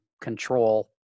control